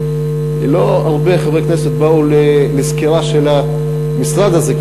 שלא הרבה חברי כנסת באו לסקירה של המשרד הזה,